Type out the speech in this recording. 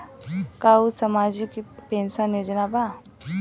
का उ सामाजिक पेंशन योजना बा?